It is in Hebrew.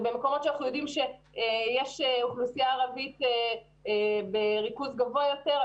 במקומות שאנחנו יודעים שיש אוכלוסייה ערבית בריכוז גבוה יותר,